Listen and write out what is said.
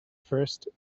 first